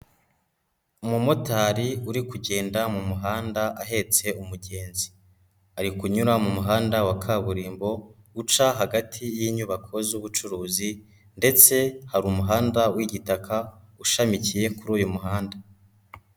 Umumotari uri kugenda mu muhanda ahetse umugenzi, ari kunyura mu muhanda wa kaburimbo uca hagati y'inyubako z'ubucuruzi ndetse hari umuhanda w'igitaka ushamikiye kuri uyu muhanda.